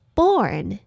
born